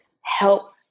help